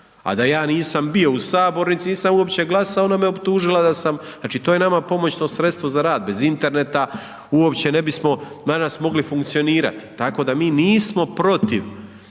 a da ja nisam bio u sabornici i nisam uopće glasao, ona me optužila da sam, znači, to je nama pomoćno sredstvo za rad, bez interneta uopće ne bismo danas mogli funkcionirati, tako da mi nismo protiv,